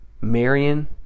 marion